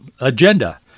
agenda